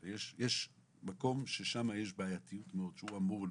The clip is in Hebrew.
שיש מקום ששמה יש בעייתיות מאוד גדולה.